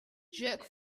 jerk